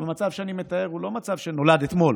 המצב שאני מתאר הוא לא מצב שנולד אתמול,